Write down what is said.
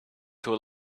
too